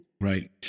Right